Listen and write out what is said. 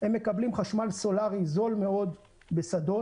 הם מקבלים חשמל סולארי זול מאוד בשדות.